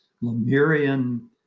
Lemurian